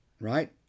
Right